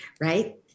right